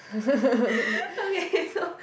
okay